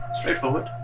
straightforward